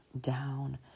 down